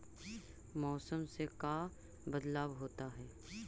मौसम से का बदलाव होता है?